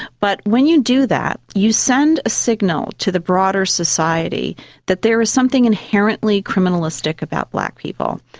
but when you do that you send a signal to the broader society that there is something inherently criminalistic about black people.